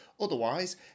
Otherwise